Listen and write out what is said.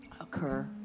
occur